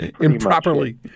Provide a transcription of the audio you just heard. improperly